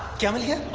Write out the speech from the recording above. give me a